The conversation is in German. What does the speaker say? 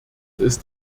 ist